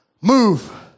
move